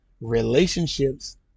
Relationships